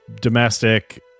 Domestic